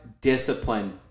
discipline